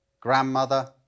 grandmother